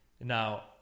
Now